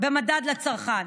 במדד לצרכן.